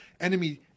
enemy